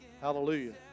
hallelujah